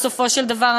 בסופו של דבר,